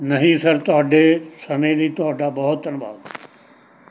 ਨਹੀਂ ਸਰ ਤੁਹਾਡੇ ਸਮੇਂ ਲਈ ਤੁਹਾਡਾ ਬਹੁਤ ਧੰਨਵਾਦ